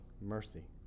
mercy